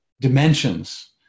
dimensions